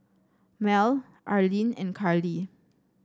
Mel Arline and Karly